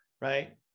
Right